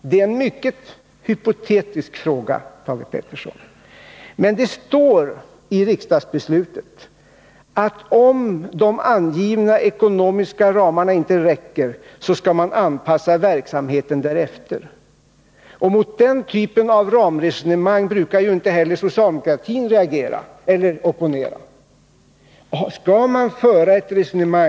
Det är en mycket hypotetisk fråga, Thage Peterson, men det står i riksdagsbeslutet att om de angivna ekonomiska ramarna inte räcker, skall man anpassa verksamheten därefter. Mot den typen av ramresonemang brukar ju inte heller socialdemokratin opponera.